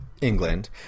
England